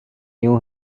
new